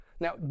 Now